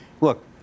look